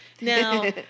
Now